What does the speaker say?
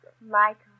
Michael